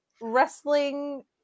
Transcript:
wrestling